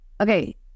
Okay